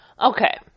Okay